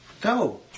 go